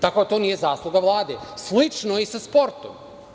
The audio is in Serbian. Tako da to nije zasluga Vlade, a slično je i sa sportom.